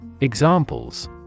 Examples